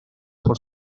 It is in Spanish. por